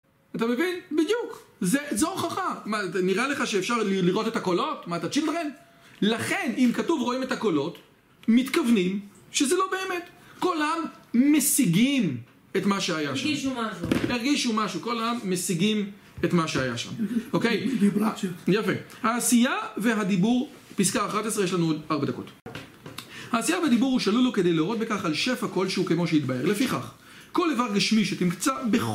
אתה מבין? בדיוק. זה הוכחה. נראה לך שאפשר לראות את הקולות? מה אתה צ'ילנדרן? לכן, אם כתוב רואים את הקולות, מתכוונים שזה לא באמת. כל העם משיגים את מה שהיה שם. הרגישו משהו. הרגישו משהו. כל העם משיגים את מה שהיה שם. אוקיי? יפה. העשייה והדיבור, פסקה 11, יש לנו עוד 4 דקות. העשייה והדיבור הוא שלול הוא כדי לראות בכך על שפע כלשהו כמו שהתבהר. לפיכך, כל איבר גשמי שתמצא בכל.